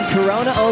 Corona